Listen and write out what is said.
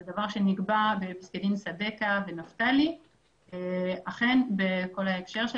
זה דבר שנקבע בפסק דין טבקה ונפתלי בהקשר של